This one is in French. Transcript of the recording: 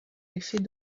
l’effet